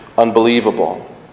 unbelievable